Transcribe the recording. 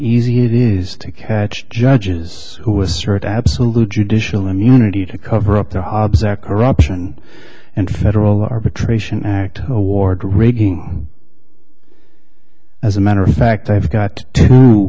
easy it is to catch judges who assert absolute judicial immunity to cover up their jobs or corruption and federal arbitration act award rigging as a matter of fact i've got two